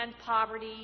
poverty